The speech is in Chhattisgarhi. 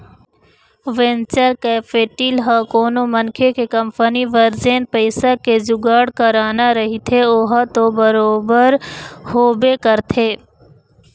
वेंचर कैपेटिल ह कोनो मनखे के कंपनी बर जेन पइसा के जुगाड़ कराना रहिथे ओहा तो बरोबर होबे करथे